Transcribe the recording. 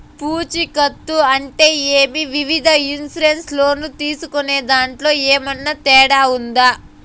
పూచికత్తు అంటే ఏమి? వివిధ ఇన్సూరెన్సు లోను తీసుకునేదాంట్లో ఏమన్నా తేడా ఉందా?